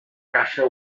caça